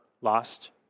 lost